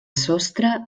sostre